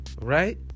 Right